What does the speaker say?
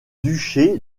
duché